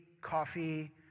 coffee